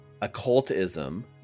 occultism